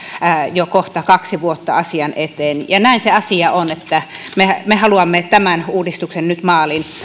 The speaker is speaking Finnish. jo kohta kaksi vuotta asian eteen näin se asia on että me haluamme tämän uudistuksen nyt maaliin